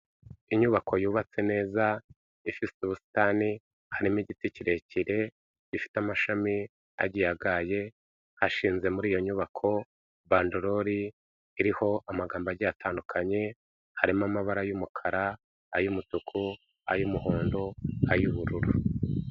Inyubako yubatse neza ifite ubusitani harimo igiti kirekire gifite amashami agiye agaye, ashinze muri iyo nyubako, bandorori iriho amagambo agiye atandukanye harimo amabara y'umukara, ay'umutuku, ay'umuhondo, ay'ubururu.